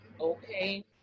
Okay